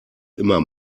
immer